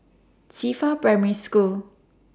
Qifa Primary School